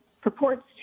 purports